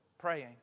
praying